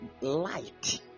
light